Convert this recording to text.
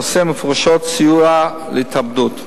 האוסר מפורשות סיוע להתאבדות.